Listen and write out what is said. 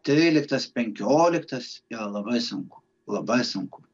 tryliktas penkioliktas yra labai sunku labai sunku